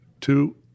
two